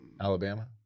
Alabama